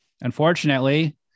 unfortunately